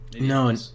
No